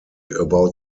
about